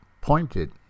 pointed